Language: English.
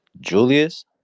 Julius